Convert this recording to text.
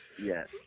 yes